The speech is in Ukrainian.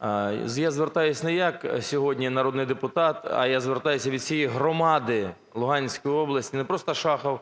я звертаюсь не як сьогодні народний депутат, а я звертаюсь від усієї громади Луганської області, не просто Шахов,